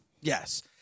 Yes